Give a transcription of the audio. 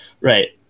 right